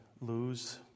lose